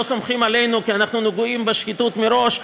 אם לא סומכים עלינו כי אנחנו נגועים בשחיתות מראש,